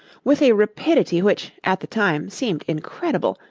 with a rapidity which, at the time, seemed incredible,